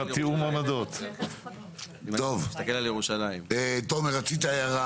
תומר רצית הערת?